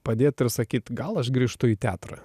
padėt ir sakyt gal aš grįžtu į teatrą